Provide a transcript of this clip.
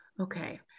Okay